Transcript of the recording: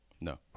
No